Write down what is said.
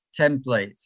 template